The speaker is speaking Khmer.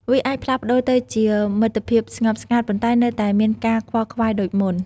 វាអាចផ្លាស់ប្តូរទៅជា មិត្តភាពស្ងប់ស្ងាត់ ប៉ុន្តែនៅតែមានការខ្វល់ខ្វាយដូចមុន។